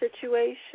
situation